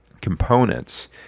components